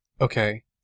Okay